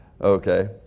Okay